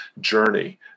journey